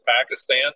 Pakistan